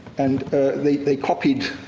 and they they copied